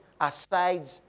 aside